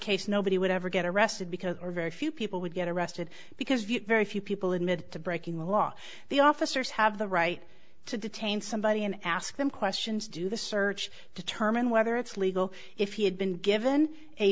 case nobody would ever get arrested because very few people would get arrested because very few people admitted to breaking the law the officers have the right to detain somebody and ask them questions do the search determine whether it's legal if he had been given a